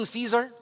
Caesar